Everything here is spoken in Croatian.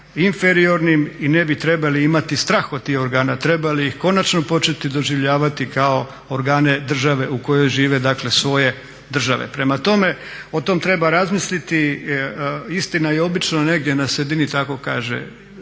i ne bi trebali imati strah od tih organa. Trebali bi ih konačno početi doživljavati kao organe države u kojoj žive dakle svoje države. Prema tome, o tome treba razmisliti, istina je obično negdje na sredini, tako kaže